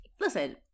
listen